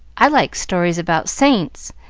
i like stories about saints,